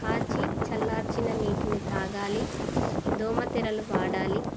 కాచి చల్లార్చిన నీటిని తాగాలి దోమతెరలు వాడాలి